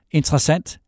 interessant